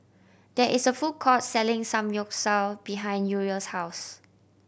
there is a food court selling Samgyeopsal behind Uriel's house